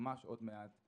ממש עוד מעט.